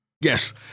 Yes